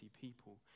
people